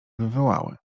wywołały